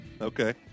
Okay